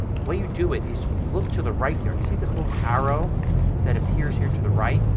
the way you do it is you look to the right here. and you see this little arrow that appears here to the right.